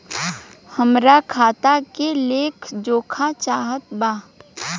हमरा खाता के लेख जोखा चाहत बा?